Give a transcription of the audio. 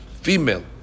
Female